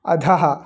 अधः